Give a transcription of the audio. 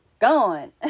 gone